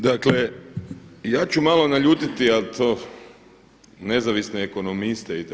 Dakle, ja ću malo naljutiti, ali to nezavisne ekonomiste itd.